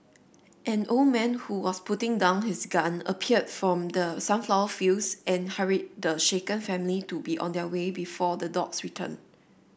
an old man who was putting down his gun appeared from the sunflower fields and hurried the shaken family to be on their way before the dogs return